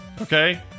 okay